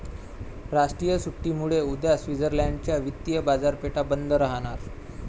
राष्ट्रीय सुट्टीमुळे उद्या स्वित्झर्लंड च्या वित्तीय बाजारपेठा बंद राहणार